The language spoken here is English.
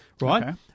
right